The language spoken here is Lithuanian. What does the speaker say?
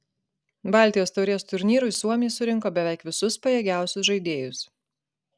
baltijos taurės turnyrui suomiai surinko beveik visus pajėgiausius žaidėjus